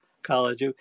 College